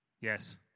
yes